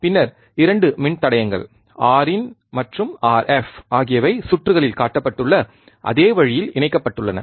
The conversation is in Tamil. பின்னர் 2 மின்தடையங்கள் Rin மற்றும் Rf ஆகியவை சுற்றுகளில் காட்டப்பட்டுள்ள அதே வழியில் இணைக்கப்பட்டுள்ளன